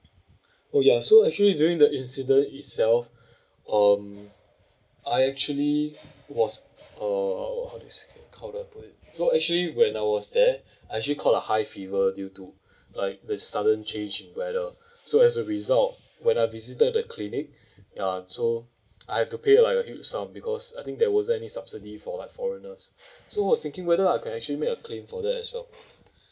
oh ya so actually during the incident itself um I actually was uh how do you say it it's called that uh so actually when I was there I actually caught a high fever due to like the sudden change weather so as a result when I visited the clinic ya so I've to pay like a huge sum because I think there wasn't any subsidy for like foreigners so was thinking whether I can actually make a claim for that as well